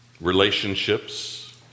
relationships